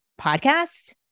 podcast